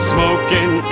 Smoking